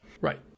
Right